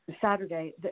Saturday